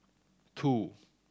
two